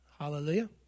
Hallelujah